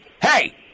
Hey